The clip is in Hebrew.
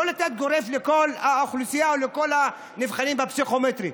לא אומרים שתיתן גורף לכל האוכלוסייה או לכל הנבחנים בפסיכומטרי,